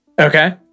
Okay